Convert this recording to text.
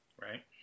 Right